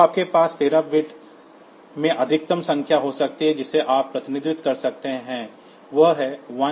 तो आपके पास 13 बिट में अधिकतम संख्या हो सकती है जिसे आप प्रतिनिधित्व कर सकते हैं 1FFF